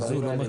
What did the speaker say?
הדברים האלה